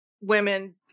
women